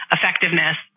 Effectiveness